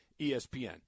ESPN